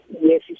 yes